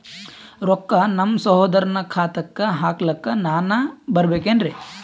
ರೊಕ್ಕ ನಮ್ಮಸಹೋದರನ ಖಾತಾಕ್ಕ ಹಾಕ್ಲಕ ನಾನಾ ಬರಬೇಕೆನ್ರೀ?